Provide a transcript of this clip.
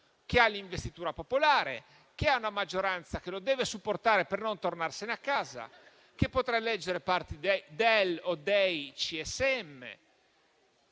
che ha l'investitura popolare, che ha una maggioranza che lo deve supportare per non tornarsene a casa, che potrà eleggere parte del o dei CSM,